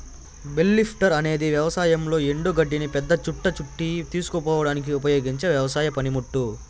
bale lifter అనేది వ్యవసాయంలో ఎండు గడ్డిని పెద్ద చుట్ట చుట్టి తీసుకుపోవడానికి ఉపయోగించే వ్యవసాయ పనిముట్టు